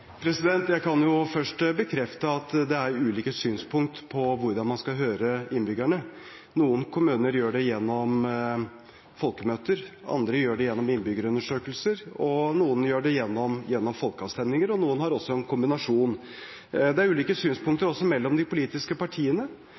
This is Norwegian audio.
Jeg kan først bekrefte at det er ulike synspunkter på hvordan man skal høre innbyggerne. Noen kommuner gjør det gjennom folkemøter, andre gjør det gjennom innbyggerundersøkelser, noen gjør det gjennom folkeavstemninger, og noen har også en kombinasjon. Det er også ulike synspunkter mellom de politiske partiene.